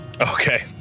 Okay